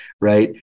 Right